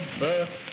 birth